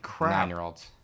nine-year-olds